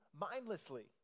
mindlessly